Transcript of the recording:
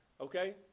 Okay